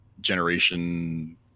generation